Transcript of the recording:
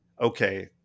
okay